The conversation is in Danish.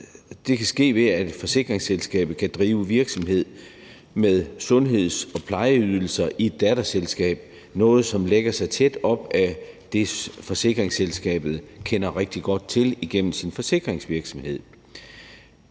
det kan ske, ved at forsikringsselskabet kan drive virksomhed med sundheds- og plejeydelser i et datterselskab – noget, som ligger tæt op ad det, som forsikringsselskabet kender rigtig godt til igennem sin forsikringsvirksomhed.